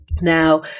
Now